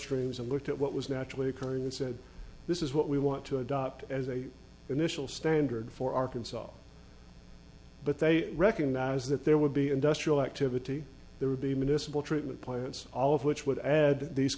streams and looked at what was naturally occurring and said this is what we want to adopt as a initial standard for arkansas but they recognize that there would be industrial activity there would be municipal treatment plants all of which would add these